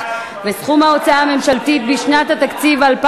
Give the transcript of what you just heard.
וסכום ההוצאה הממשלתית בשנת התקציב 2015),